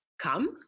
Come